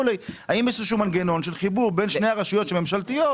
האם יש איזשהו מנגנון של חיבור בין שתי הרשויות הממשלתיות